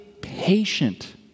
patient